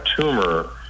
tumor